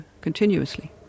continuously